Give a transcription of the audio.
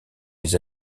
des